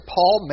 Paul